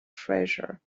treasure